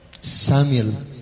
Samuel